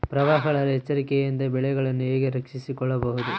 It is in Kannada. ಪ್ರವಾಹಗಳ ಎಚ್ಚರಿಕೆಯಿಂದ ಬೆಳೆಗಳನ್ನು ಹೇಗೆ ರಕ್ಷಿಸಿಕೊಳ್ಳಬಹುದು?